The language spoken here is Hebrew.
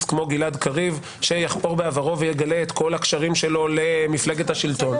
כמו גלעד קריב שיחפור בעברו ויגלה את כלה הקשרים שלו למפלגת השלטון.